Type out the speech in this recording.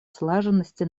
слаженности